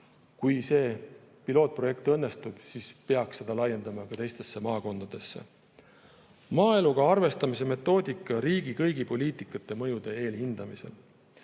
Kui see pilootprojekt õnnestub, siis peaks seda laiendama ka teistesse maakondadesse. Maaeluga arvestamise metoodika riigi kõigi poliitikate mõjude eelhindamisel.